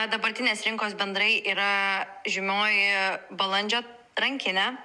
dabartinės rinkos bendrai yra žymioji balandžio rankinė